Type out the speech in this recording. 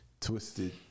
twisted